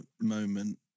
moment